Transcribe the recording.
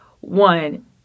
One